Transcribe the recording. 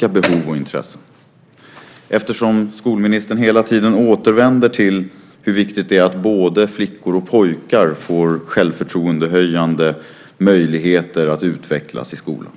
behov och intressen. Skolministern återvänder hela tiden till hur viktigt det är att både flickor och pojkar får självförtroendehöjande möjligheter att utvecklas i skolan.